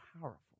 powerful